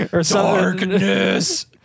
darkness